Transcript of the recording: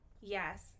yes